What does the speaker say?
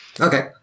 Okay